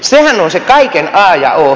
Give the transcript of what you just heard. sehän on se kaiken a ja o